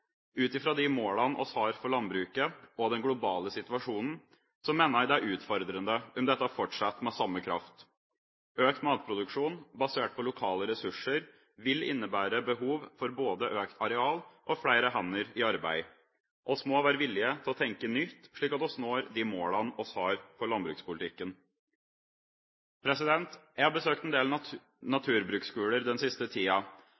Ut fra de målene vi har for landbruket og den globale situasjonen, mener jeg det er utfordrende om dette fortsetter med samme kraft. Økt matproduksjon basert på lokale ressurser vil innebære behov for både økt areal og flere hender i arbeid. Vi må være villige til å tenke nytt, slik at vi når de målene vi har for landbrukspolitikken. Jeg har besøkt en del naturbruksskoler den siste tida,